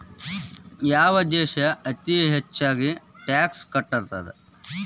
ಯಾವ್ ದೇಶ್ ಅತೇ ಹೆಚ್ಗೇ ಟ್ಯಾಕ್ಸ್ ಕಟ್ತದ?